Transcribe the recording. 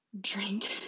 drink